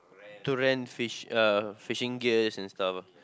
to rent fish uh fishing gears and stuff